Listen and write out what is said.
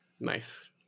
nice